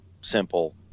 simple